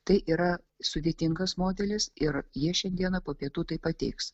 tai yra sudėtingas modelis ir jie šiandieną po pietų tai pateiks